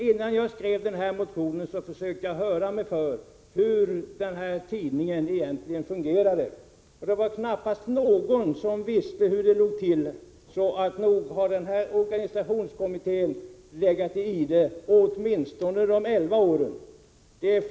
Innan jag skrev motionen hörde jag mig för om hur tidningen egentligen fungerade. Knappast någon visste hur det låg till — så nog har organisationskommittén legat i ide under åtminstone elva av de åren.